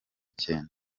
cyenda